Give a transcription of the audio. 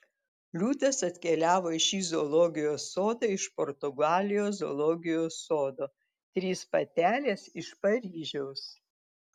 liūtas atkeliavo į šį zoologijos sodą iš portugalijos zoologijos sodo trys patelės iš paryžiaus